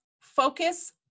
focus